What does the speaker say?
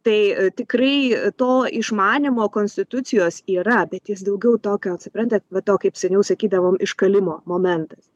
tai tikrai to išmanymo konstitucijos yra bet jis daugiau tokio vat suprantat va to kaip seniau sakydavom iškalimo momentas